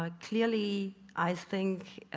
ah clearly i think